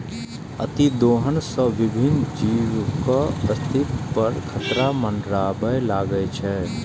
अतिदोहन सं विभिन्न जीवक अस्तित्व पर खतरा मंडराबय लागै छै